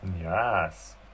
Yes